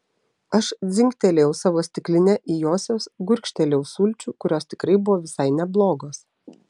aš dzingtelėjau savo stikline į josios gurkštelėjau sulčių kurios tikrai buvo visai neblogos